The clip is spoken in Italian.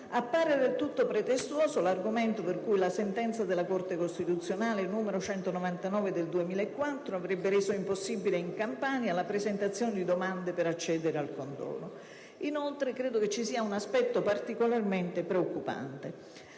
Appare del tutto pretestuoso l'argomento per cui la sentenza della Corte costituzionale n. 199 del 2004 avrebbe reso impossibile in Campania la presentazione di domande per accedere al condono. Inoltre, credo vi sia un aspetto particolarmente preoccupante: